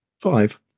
Five